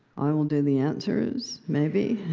i will do the answers. maybe